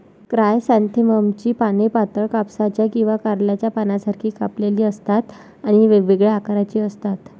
क्रायसॅन्थेममची पाने पातळ, कापसाच्या किंवा कारल्याच्या पानांसारखी कापलेली असतात आणि वेगवेगळ्या आकाराची असतात